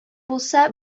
булса